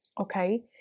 okay